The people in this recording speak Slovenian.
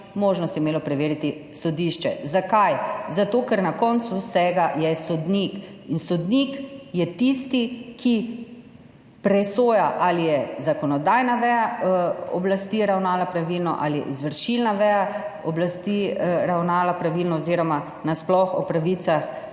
možnost preveriti sodišče. Zakaj? Zato ker je na koncu vsega sodnik in sodnik je tisti, ki presoja, ali je zakonodajna veja oblasti ravnala pravilno, ali je izvršilna veja oblasti ravnala pravilno oziroma nasploh o pravicah